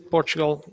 Portugal